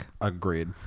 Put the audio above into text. Agreed